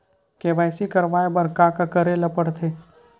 KYC करवाय बर का का करे ल पड़थे?